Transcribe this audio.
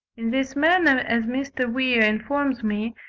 in this manner, as mr. weir informs me,